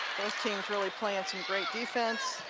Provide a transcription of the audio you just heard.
both teams really playing some great defense,